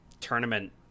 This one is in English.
tournament